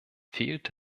fehlt